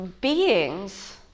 beings